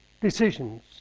decisions